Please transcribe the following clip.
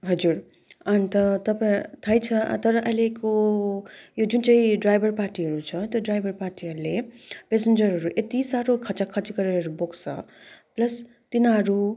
हजुर अन्त तपाईँलाई थाहै छ तर अहिलेको यो जुन चाहिँ ड्राइभर पार्टीहरू छ त्यो ड्राइभर पार्टीहरूले पेसेन्जरहरू यति साह्रो खचाखच गरेर बोक्छ प्लस तिनीहरू